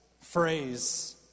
phrase